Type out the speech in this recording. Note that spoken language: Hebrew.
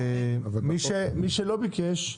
מי שלא ביקש,